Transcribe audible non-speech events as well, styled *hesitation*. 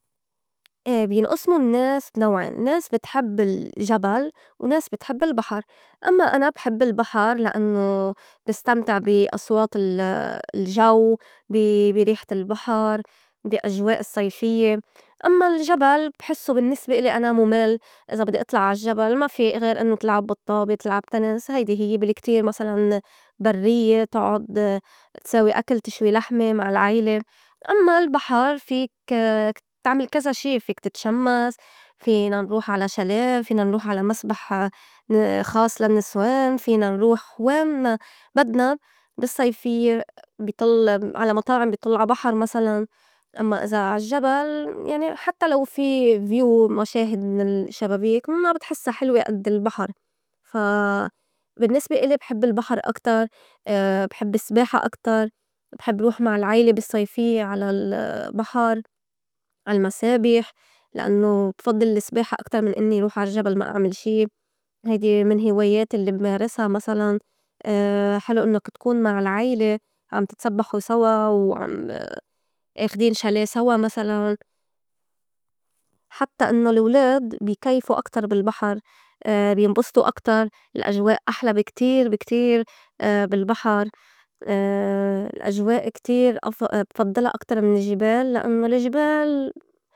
أي بينئصمو النّاس نوعين النّاس بتحب الجبل، وناس بتحب البحر، أمّا أنا بحب البحر لأنّو بستمتع بي أصوات ال- *hesitation* الجو، بي- بي ريحة البحر، بي أجواء الصيفيّة، أمّا الجبل بحسّو بالنّسبة إلي أنا مُمل إذا بدّي أطلع عالجّبل ما في غير إنّو تلعب بالطّابة، تلعب تنس، هيدي هيّ بالكتير مسلاً بريّة تُعّعُد تساوي أكل تشوي لحمة مع العيلة. أمّا البحر فيك *hesitation* تعمل كزا شي فيك تتشمّس، فينا نروح على شاليه، فينا نروح على مسبح ن- خاص للنسوان، فينا نروح وين ما بدنا بالصيفيّة بي طُل على مطاعم بي طُل عا بحر مسلاً، أمّا إذا عالجّبل يعني حتى لو في view مشاهد من الشبابيك ما بتحسّا حلوة قد البحر فا بالنّسبة اليي بحب البحر أكتر *hesitation* بحب السباحة أكتر، بحب روح مع العيلة بالصيفيّة على ال *hesitation* البحر عالمسابح لأنّو بفضّل السباحة أكتر من إنّي روح عالجبل ما أعمل شي هيدي من هواياتي الّي بمارسا مسلاً *hesitation* حلو إنّك تكون مع العيلة عم تتسبّحو سوا وعم *hesitation* أخدين شاليه سوا مسلاً حتّى إنّو الولاد بي كيفو أكتر بالبحر *hesitation* بينبسطو أكتر الأجواء أحلى بي- كتير- بي كتير *hesitation* بالبحر *hesitation* الأجواء كتير أف- بفضّلا أكتر من الجّبال لأنّو الجبال.